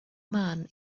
man